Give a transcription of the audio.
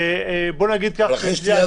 חוץ מזה,